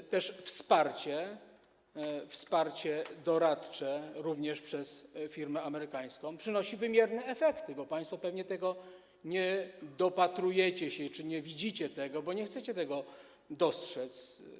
jest też wsparcie, wsparcie doradcze, również przez firmę amerykańską, które przynosi wymierne efekty, bo państwo pewnie się tego nie dopatrujecie czy nie widzicie tego, bo nie chcecie tego dostrzec.